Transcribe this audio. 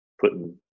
putting